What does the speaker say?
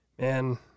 man